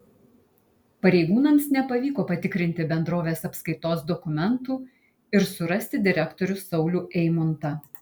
pareigūnams nepavyko patikrinti bendrovės apskaitos dokumentų ir surasti direktorių saulių eimuntą